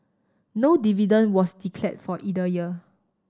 no dividend was declared for either year